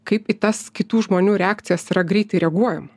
kaip į tas kitų žmonių reakcijas yra greitai reaguojama